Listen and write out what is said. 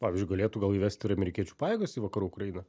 pavyzdžiui galėtų gal įvesti ir amerikiečių pajėgas į vakarų ukrainą